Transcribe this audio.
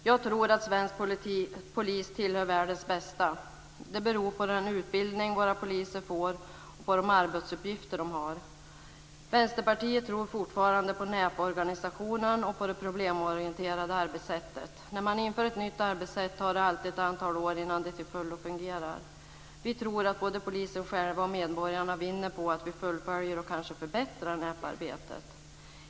Jag tror att svensk polis tillhör världens bästa. Det beror på den utbildning som våra poliser får och på de arbetsuppgifter de har. Vänsterpartiet tror fortfarande på näpo-organisationen och på det problemorienterade arbetssättet. När man inför ett nytt arbetssätt tar det alltid ett antal år innan det till fullo fungerar. Vi tror att både poliserna själva och medborgarna vinner på att vi fullföljer och kanske förbättrar näpo-arbetet.